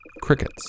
crickets